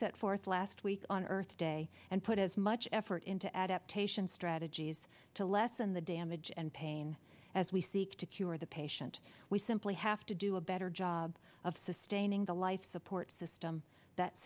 set forth last week on earth day and put as much effort into adaptation strategies to lessen the damage and pain as we seek to cure the patient we simply have to do a better job of sustaining the life support system that